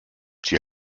die